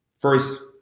first